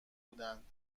بودند